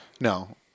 No